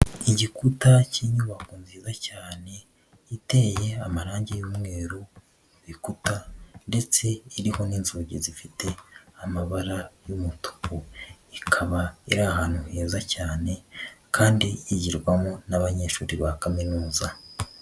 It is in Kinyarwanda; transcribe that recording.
Igikuta k'inyubako nziza cyane iteye amarangi y'umweru lu bikuta ndetse iriho n'inzugi zifite amabara y'umutuku, ikaba iri ahantu heza cyane kandi yigirwamo n'abanyeshuri ba kaminuza.